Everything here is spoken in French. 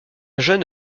jeune